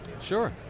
Sure